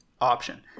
option